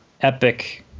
Epic